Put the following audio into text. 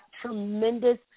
tremendous